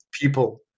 people